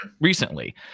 recently